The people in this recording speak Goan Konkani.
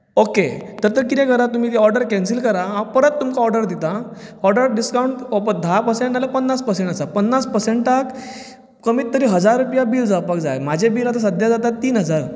तर कितें करात तुमी ती ऑर्डर कॅन्सील करात हांव परत तुमकां ऑर्डर दिता ऑर्डर डिसकावंट फकत धा पर्सेंट आनी पन्नास पर्सेंट आसा पन्नास पर्सेंटाक कमींत तरी हजार रुपया बील जावपाक जाय म्हाजें तरी आतां सद्याक बील जाता तीन हजार